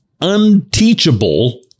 unteachable